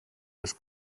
das